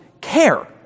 care